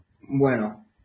Bueno